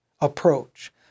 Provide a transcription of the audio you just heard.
approach